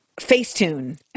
Facetune